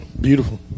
Beautiful